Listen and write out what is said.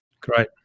Great